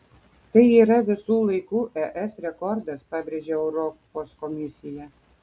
tai yra visų laikų es rekordas pabrėžia europos komisija